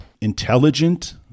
intelligent